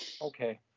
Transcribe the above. Okay